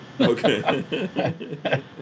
okay